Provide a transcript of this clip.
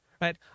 right